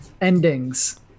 endings